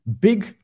big